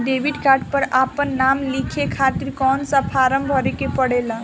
Debit card पर आपन नाम लिखाये खातिर कौन सा फारम भरे के पड़ेला?